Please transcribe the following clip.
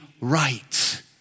right